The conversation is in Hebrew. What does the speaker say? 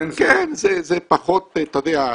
כן, זה פחות פוטוגני.